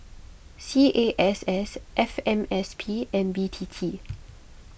C A S S F M S P and B T T